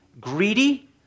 Greedy